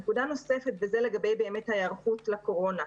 נקודה נוספת וזו לגבי באמת ההיערכות לקורונה.